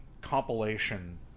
compilation